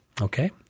Okay